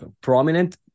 prominent